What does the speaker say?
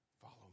Follow